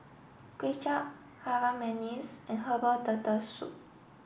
Kway Chap Harum Manis and Herbal Turtle Soup